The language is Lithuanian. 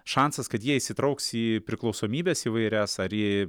šansas kad jie įsitrauks į priklausomybes įvairias ar į